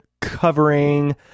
covering